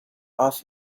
off